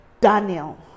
Daniel